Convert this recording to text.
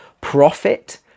profit